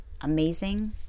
amazing